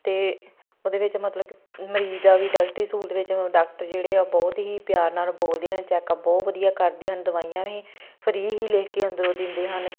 ਅਤੇ ਉਹਦੇ ਵਿੱਚ ਮਤਲਬ ਕਿ ਮਰੀਜ਼ ਦਾ ਵੀ ਡਾਕਟਰੀ ਸਹੂਲਤ ਵਿੱਚ ਡਾਕਟਰ ਜਿਹੜੇ ਆ ਬਹੁਤ ਹੀ ਪਿਆਰ ਨਾਲ ਬੋਲਦੇ ਆ ਨਾਲੇ ਚੈੱਕਅਪ ਬਹੁਤ ਵਧੀਆ ਕਰਦੇ ਹਨ ਦਵਾਈਆਂ ਵੀ ਫ੍ਰੀ ਹੀ ਲਿਖ ਕੇ ਅੰਦਰੋਂ ਦਿੰਦੇ ਹਨ